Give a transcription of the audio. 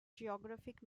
geographic